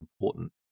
important